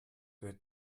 der